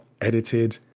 edited